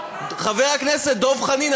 חבר הכנסת דב חנין,